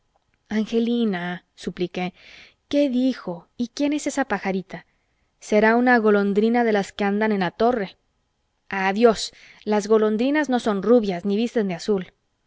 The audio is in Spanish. angelina supliqué qué dijo y quién es esa pajarita será una golondrina de las que anidan en la torre adiós las golondrinas no son rubias ni visten de azul